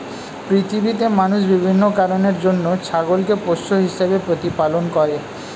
পৃথিবীতে মানুষ বিভিন্ন কারণের জন্য ছাগলকে পোষ্য হিসেবে প্রতিপালন করে